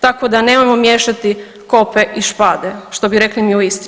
Tako da, nemojmo miješati kope i špade, što bi rekli mi u Istri.